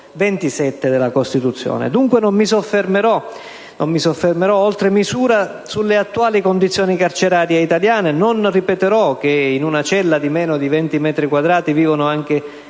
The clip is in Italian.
27 della Costituzione. Dunque, non mi soffermerò oltre misura sulle attuali condizioni carcerarie italiane. Non ripeterò che, in una cella di meno di 20 metri quadrati, vivono anche